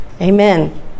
Amen